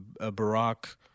Barack